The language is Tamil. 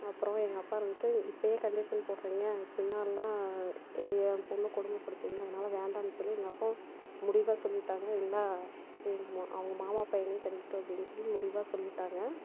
அப்புறோம் எங்கள் அப்பாரு வந்துட்டு இப்போயே கண்டிஷன் போடுறீங்க பின்னாலெலாம் ஏ என் பொண்ணு கொடுமை படுத்துவீங்க அதனால் வேண்டாம்னு சொல்லி எங்கள் அப்பாவும் முடிவாக சொல்லிவிட்டாங்க இல்லை எங்கமா அவங்க மாமா பையனையே கல்யாணம் பண்ணிக்கட்டும் அப்படின் சொல்லி முடிவாக சொல்லிவிட்டாங்க